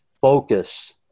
focus